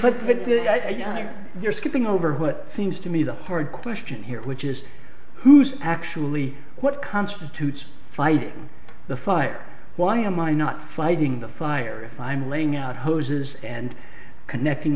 gather you're skipping over what seems to me the hard question here which is who's actually what constitutes fighting the fight why am i not fighting the fire if i'm laying out hoses and connecting